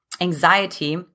anxiety